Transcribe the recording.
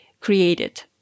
created